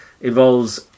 involves